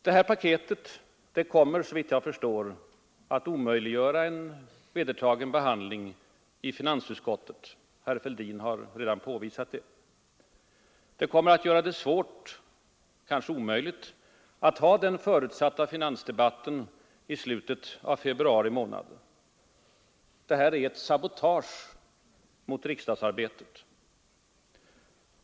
Det här paketet kommer, såvitt jag förstår, att omöjliggöra en vedertagen behandling i finansutskottet — herr Fälldin har redan påvisat det. Det kommer att göra det svårt, kanske omöjligt, att ha den förutsatta finansdebatten i slutet av februari månad. Det här är ett sabotage mot riksdagsarbetet.